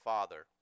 Father